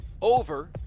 over